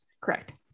Correct